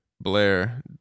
Blair